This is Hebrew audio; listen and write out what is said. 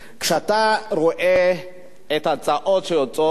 כשאתה רואה את ההצעות שיוצאות,